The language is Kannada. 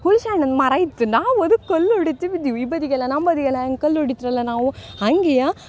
ಹುಳ್ಶೆಹಣ್ಣನ ಮರ ಇತ್ತು ನಾವು ಅದಕ್ಕೆ ಕಲ್ಲು ಹೊಡಿತ ಬಿದ್ದೀವಿ ಈ ಬದಿಗೆಲ್ಲ ನಮ್ಮ ಬದಿಗೆಲ್ಲ ಹ್ಯಾಂಗೆ ಕಲ್ಲು ಹೊಡಿತ್ರಲ್ಲ ನಾವು ಹಾಗೆಯಾ